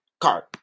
card